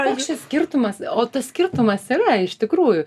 koks čia skirtumas o tas skirtumas yra iš tikrųjų